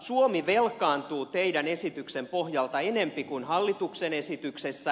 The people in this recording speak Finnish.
suomi velkaantuu teidän esityksenne pohjalta enempi kuin hallituksen esityksessä